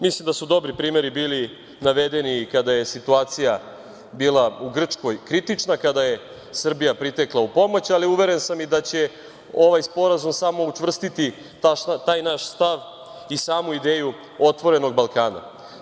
Mislim da su dobri primeri bili navedeni kada je situacija bila kritična u Grčkoj, kada je Srbija pritekla u pomoć, ali uveren sam i da će ovaj Sporazum samo učvrstiti taj naš stav i samu ideju otvorenog Balkana.